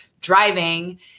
driving